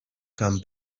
come